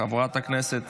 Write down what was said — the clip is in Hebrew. חברת הכנסת